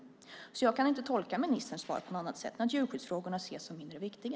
Jag kan inte tolka ministerns svar på något annat sätt än att djurskyddsfrågorna ses som mindre viktiga.